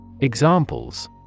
Examples